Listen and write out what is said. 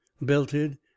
belted